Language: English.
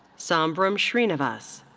sambrum sreenivas.